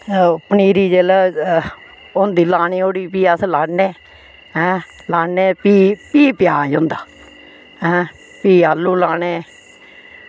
ओह् पनीरी जेल्लै होंदी लानै ओड़ी भी अस लान्ने ऐं लान्ने भी भी प्याज़ होंदा ऐं भी आलू लान्ने